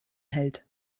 hält